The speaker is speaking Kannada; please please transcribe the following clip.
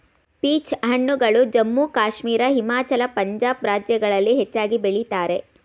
ಪೀಚ್ ಹಣ್ಣುಗಳು ಜಮ್ಮು ಕಾಶ್ಮೀರ, ಹಿಮಾಚಲ, ಪಂಜಾಬ್ ರಾಜ್ಯಗಳಲ್ಲಿ ಹೆಚ್ಚಾಗಿ ಬೆಳಿತರೆ